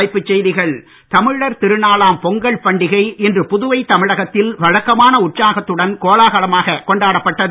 தலைப்புச் செய்திகள் தமிழர் திருநாளாம் பொங்கல் பண்டிகை இன்று புதுவை தமிழகத்தில் வழக்கமான உற்சாகத்துடன் கோலாகலமாகக் கொண்டாடப்பட்டது